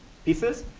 pieces,